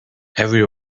every